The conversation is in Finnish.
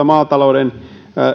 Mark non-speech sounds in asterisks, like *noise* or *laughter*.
*unintelligible* maatalouden